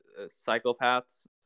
psychopaths